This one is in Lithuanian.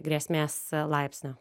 grėsmės a laipsnio